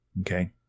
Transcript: okay